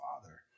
Father